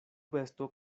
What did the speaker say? besto